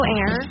Air